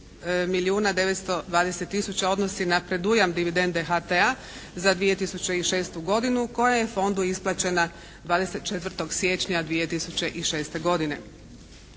920 tisuća odnosi na predujam dividende HT-a za 2006. godinu koja je Fondu isplaćena 24. siječnja 2006. godine.